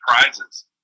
prizes